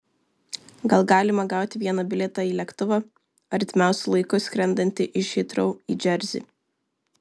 gal galima gauti vieną bilietą į lėktuvą artimiausiu laiku skrendantį iš hitrou į džersį